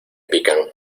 pican